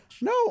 No